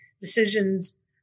decisions